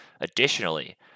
Additionally